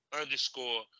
underscore